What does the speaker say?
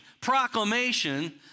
proclamation